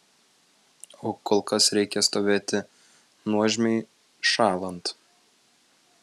o kol kas reikia stovėti nuožmiai šąlant